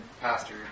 pastor